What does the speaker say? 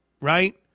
Right